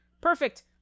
Perfect